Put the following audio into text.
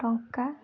ଟଙ୍କା